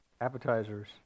appetizers